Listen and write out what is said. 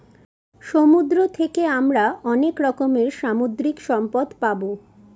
সমুদ্র থাকে আমরা অনেক রকমের সামুদ্রিক সম্পদ পাবো